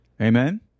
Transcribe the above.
Amen